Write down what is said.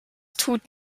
tut